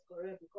correct